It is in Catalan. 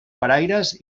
paraires